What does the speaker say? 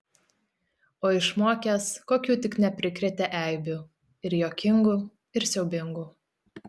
o išmokęs kokių tik neprikrėtė eibių ir juokingų ir siaubingų